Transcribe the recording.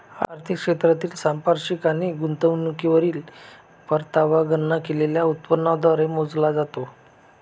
आर्थिक क्षेत्रातील संपार्श्विक आणि गुंतवणुकीवरील परतावा गणना केलेल्या उत्पन्नाद्वारे मोजला जातो